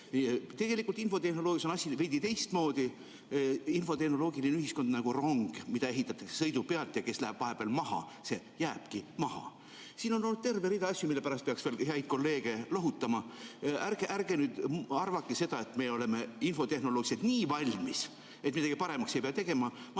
peremehed. Infotehnoloogias on asi veidi teistmoodi: infotehnoloogiline ühiskond on nagu rong, mida ehitatakse sõidu pealt, ja kes läheb vahepeal maha, see jääbki maha. Siin on olnud terve rida asju, mille pärast peaks veel häid kolleege lohutama. Ärge nüüd arvake, et me oleme infotehnoloogiliselt nii valmis, et midagi paremaks ei pea tegema.